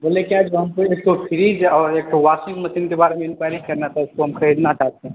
बोले क्या जो हमको एक ठो फ्रिज आ एक ठो वाशिंगमशीनकेँ बारेमे इनक्वारी करना था उसको हम खरीदना चाहते है